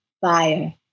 fire